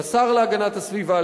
לשר להגנת הסביבה,